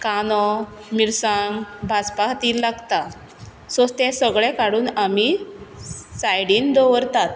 कांदो मिरसांग भाजपा खातीर लागता सो तें सगळें काडून आमी सायडीन दवरतात